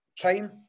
time